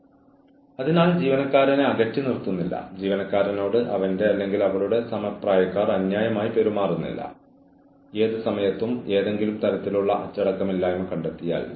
employment ട്രിബ്യൂണലിന്റെ ഒരു point of reference എന്ന നിലയിൽ തങ്ങളെ പിരിച്ചുവിട്ട രീതിയെക്കുറിച്ച് ആരെങ്കിലും പരാതി നൽകണം